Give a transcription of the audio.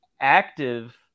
active